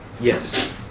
Yes